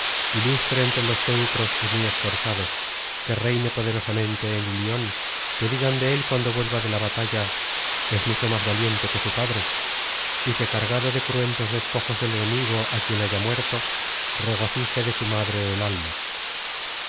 ilustre entre los teucros y mu esforzado que reine poderosamente en ilion que digan de él cuando vuelva de la batalla es mmcho más valiente que su padre y que cargado de cruentos despojos del enemigo á quien haya muerto regocije de su madre el alma